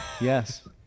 Yes